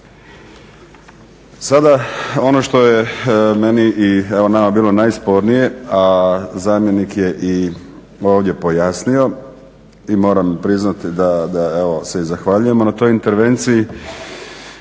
Sada ono što je meni i nama bilo najspornije, a zamjenik je ovdje pojasnio i moram priznati da se zahvaljujemo na to intervenciji